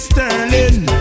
Sterling